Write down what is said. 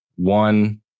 one